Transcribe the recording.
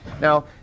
Now